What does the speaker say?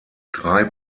drei